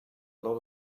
lot